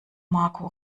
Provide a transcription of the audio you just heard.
marco